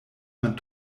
man